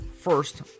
first